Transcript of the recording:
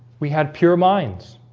we had pure minds